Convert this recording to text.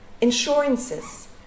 insurances